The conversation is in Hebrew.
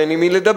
ואין עם מי לדבר,